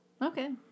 Okay